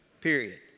Period